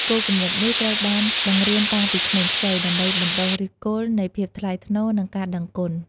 គោលគំនិតនេះត្រូវបានបង្រៀនតាំងពីក្មេងខ្ចី ដើម្បីបណ្ដុះឫសគល់នៃភាពថ្លៃថ្នូរ និងការដឹងគុណ។